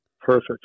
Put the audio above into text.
Perfect